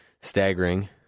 staggering